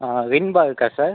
ரின்பார் இருக்கா சார்